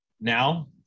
now